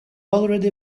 already